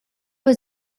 was